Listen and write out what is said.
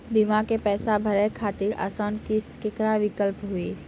बीमा के पैसा भरे खातिर आसान किस्त के का विकल्प हुई?